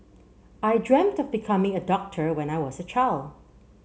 I dreamt of becoming a doctor when I was a child